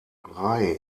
ray